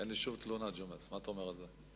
אין לי שום תלונה, ג'ומס, מה אתה אומר על זה?